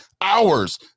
hours